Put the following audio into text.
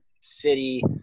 city